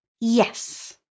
Yes